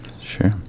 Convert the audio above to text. sure